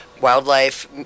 wildlife